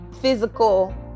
physical